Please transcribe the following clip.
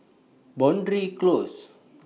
Boundary Close